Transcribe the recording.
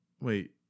Wait